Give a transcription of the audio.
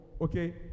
okay